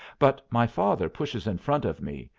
but my father pushes in front of me,